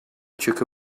chukka